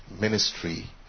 ministry